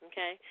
Okay